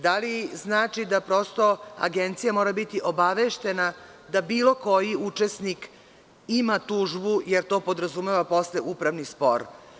Da li znači da Agencija mora biti obaveštena da bilo koji učesnik ima tužbu, jer to podrazumeva posle upravni spor?